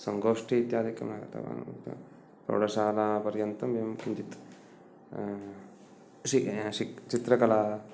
संगोष्ठी इत्यादिकं न गतवान् तत्र प्रौढशालापर्यन्तं एवं किञ्चित् चित्रकला